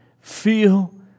feel